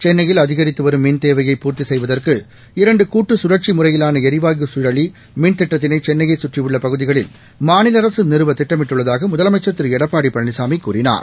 சென்னையில் அதிகித்து வரும் மின் தேவையை பூர்த்தி செய்வதற்கு இரண்டு கூட்டு கழற்சி முறையிலான ளிவாயு சுழலி மின் திட்டத்தினை சென்னையை சுற்றியுள்ள பகுதிகளில் மாநில அரசு நிறுவ திட்டமிட்டுள்ளதாக முதலமைச்சர் திருஎடப்பாடி பழனிசாமி கூறினார்